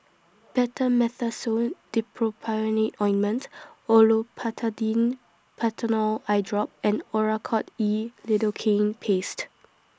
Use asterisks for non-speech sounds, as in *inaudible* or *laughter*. Betamethasone Dipropionate *noise* Ointment Olopatadine Patanol Eyedrop and Oracort E *noise* Lidocaine Paste